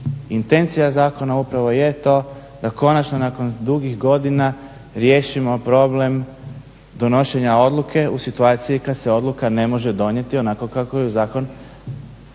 Intencija zakona upravo je to da konačno nakon dugih godina riješimo problem donošenja odluke u situaciji kad se odluka ne može donijeti onako kako zakon,